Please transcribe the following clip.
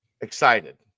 excited